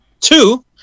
two